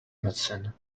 medicine